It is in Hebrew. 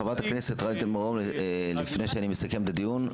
חברת הכנסת רייטן מרום, לפני שאני מסכם את הדיון.